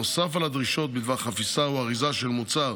נוסף על הדרישות בדבר חפיסה או אריזה של מוצר